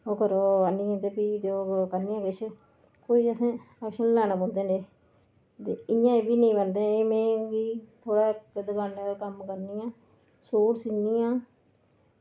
ते ओह् करो आह्नियै ते भी करने आं किश कोई असें लैना पौंदे न एह् ते इ'यां एह्बी नेईं मनदे न कि में थोह्ड़ा इक दकानै दा कम्म करनी आं सूट सीनी आं